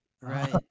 Right